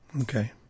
Okay